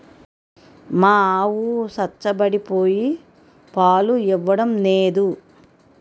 మా ఆవు సంచపడిపోయి పాలు ఇవ్వడం నేదు